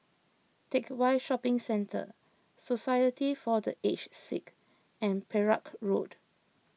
Teck Whye Shopping Centre Society for the Aged Sick and Perak Road